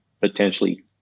potentially